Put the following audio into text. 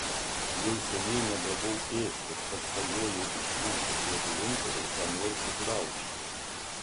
jau seniai negavau ėsti tad svajojau ištrūkti iš labirinto ir ką nors sugraužti